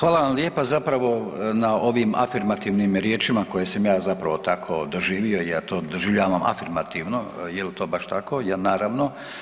Hvala vam lijepa, zapravo na ovim afirmativnim riječima koje sam ja zapravo tako doživio i ja to doživljavam afirmativno, jel to baš tako naravno.